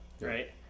right